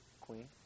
Queen